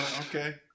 Okay